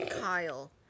Kyle